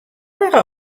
mar